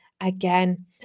again